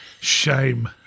shame